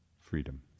freedom